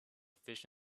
fish